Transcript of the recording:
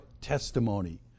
testimony